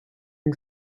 own